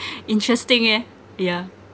interesting eh yeah